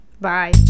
Bye